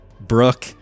Brooke